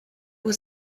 was